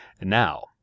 Now